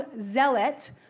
zealot